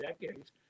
decades